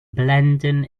blending